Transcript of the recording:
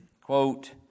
quote